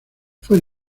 fue